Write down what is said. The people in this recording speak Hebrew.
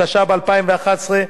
התשע"ב 2011,